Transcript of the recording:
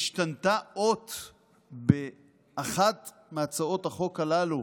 השתנתה אות באחת מהצעות החוק הללו